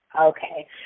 okay